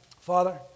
Father